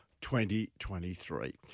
2023